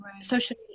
social